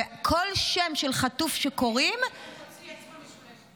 כל שם של חטוף שקוראים --- הוא מוציא אצבע משולשת.